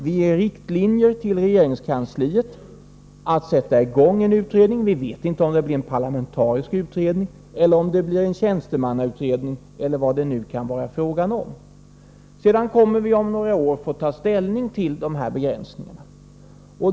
Vi ger riktlinjer till regeringskansliet att sätta i gång en utredning. Vi vet inte om det blir en parlamentarisk utredning eller en tjänstemannautredning eller vad det nu kan bli fråga om. Om några år kommer vi sedan att få ta ställning till dessa begränsningar.